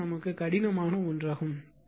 இது கடினமான ஒன்றாகும்